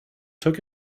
took